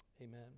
amen